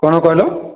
କଣ କହିଲ